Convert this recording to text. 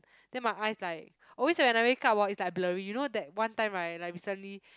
then my eyes like always when I wake up oh it's like blurry you know that one time right like recently